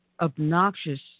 obnoxious